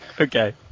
Okay